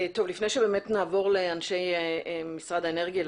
לפני שנעבור לאנשי משרד האנרגיה כדי